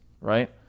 right